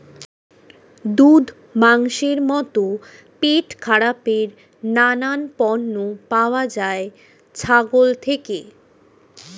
দুধ, মাংসের মতো পেটখারাপের নানান পণ্য পাওয়া যায় ছাগল থেকে